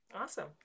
awesome